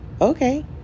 okay